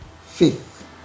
faith